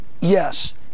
yes